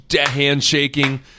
handshaking